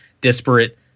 disparate